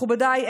מכובדיי,